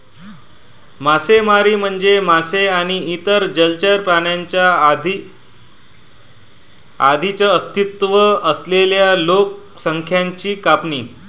मासेमारी म्हणजे मासे आणि इतर जलचर प्राण्यांच्या आधीच अस्तित्वात असलेल्या लोकसंख्येची कापणी